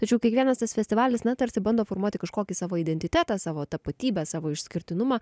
tačiau kiekvienas tas festivalis na tarsi bando formuoti kažkokį savo identitetą savo tapatybę savo išskirtinumą